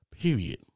Period